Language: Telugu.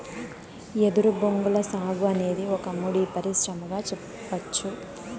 ఎదురు బొంగుల సాగు అనేది ఒక ముడి పరిశ్రమగా సెప్పచ్చు